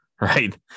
right